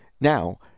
Now